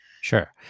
Sure